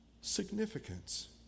significance